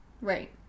Right